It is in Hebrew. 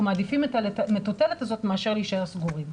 מעדיפים את המטוטלת הזאת מאשר להישאר סגורים.